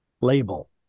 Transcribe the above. label